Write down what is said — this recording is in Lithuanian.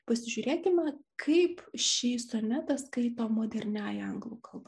pasižiūrėkime kaip šį sonetą skaito moderniąja anglų kalba